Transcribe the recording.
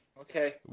Okay